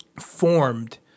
formed